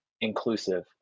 inclusive